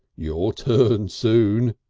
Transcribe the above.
your turn soon.